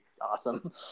awesome